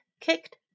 kicked